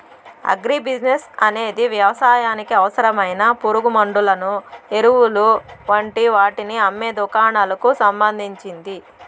agri business అనేది వ్యవసాయానికి అవసరమైన పురుగుమండులను, ఎరువులు వంటి వాటిని అమ్మే దుకాణాలకు సంబంధించింది